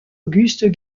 auguste